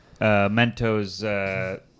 Mentos